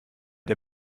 der